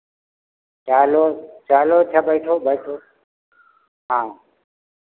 चलो चलो अच्छा बैठो बैठो हाँ